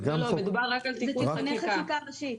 זה תיקוני חקיקה ראשית.